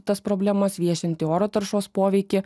tas problemas viešinti oro taršos poveikį